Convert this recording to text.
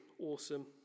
awesome